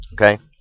Okay